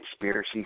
conspiracy